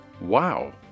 Wow